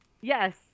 Yes